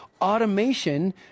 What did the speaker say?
Automation